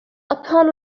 upon